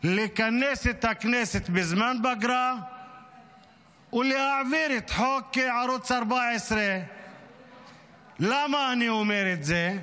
לכנס את הכנסת בזמן פגרה ולהעביר את חוק ערוץ 14. למה אני אומר את זה?